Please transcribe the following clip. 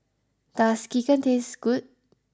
does Sekihan taste good